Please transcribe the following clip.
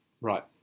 Right